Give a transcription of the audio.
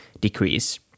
decrease